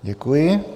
Děkuji.